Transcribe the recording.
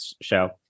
show